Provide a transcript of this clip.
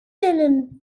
nennen